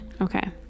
Okay